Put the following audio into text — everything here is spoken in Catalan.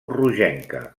rogenca